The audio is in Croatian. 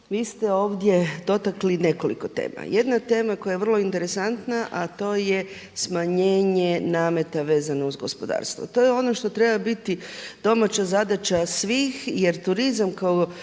vi ste ovdje dotakli nekoliko tema. Jedna od tema koja je vrlo interesantna a to je smanjenje nameta vezano uz gospodarstvo. To je ono što treba biti domaća zadaća svih jer turizam kao